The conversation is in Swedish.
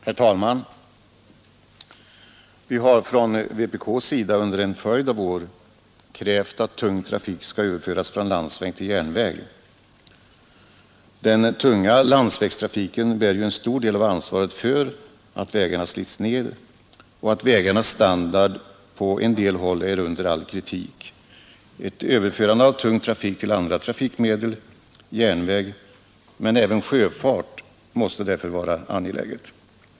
Herr talman! Vpk har under en följd av år krävt att tung trafik skall överföras från landsväg till järnväg. Den tunga landsvägstrafiken bär en stor del av ansvaret för att vägarna slits ned och för att vägarnas standard på en del håll är under all kritik. Ett överförande av tung trafik till andra trafikmedel — järnväg men även sjöfart — måste därför vara angeläget.